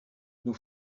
nous